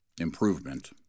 Improvement